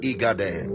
Igade